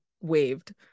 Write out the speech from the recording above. waved